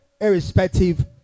irrespective